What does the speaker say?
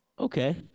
Okay